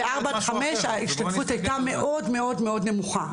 אבל ב-4 עד 5 ההשתתפות הייתה מאוד מאוד נמוכה.